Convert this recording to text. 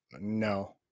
no